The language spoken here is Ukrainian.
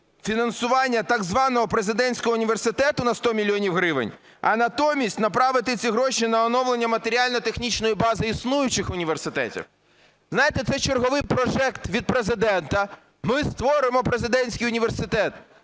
фінансування так званого президентського університету на 100 мільйонів гривень, а натомість направити ці гроші на оновлення матеріально-технічної бази існуючих університетів. Знаєте, це черговий прожект від Президента: ми створимо президентський університет.